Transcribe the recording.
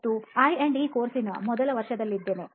ನಾನು IE course ನ ಮೊದಲ ವರ್ಷದಲ್ಲಿದ್ದೇನೆ